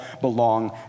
belong